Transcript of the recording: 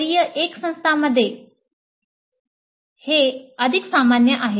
स्तरीय 1 संस्थांमध्ये हे अधिक सामान्य आहे